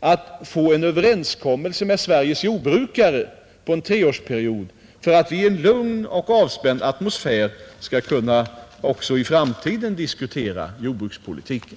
att få till stånd en överenskommelse med Sveriges jordbrukare för en treårsperiod så att vi även i framtiden skall kunna diskutera jordbrukspolitiken i en lugn och avspänd atmosfär.